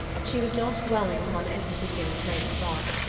she was not dwelling upon any particular train of thought.